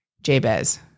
Jabez